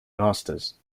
masters